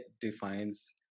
defines